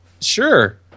sure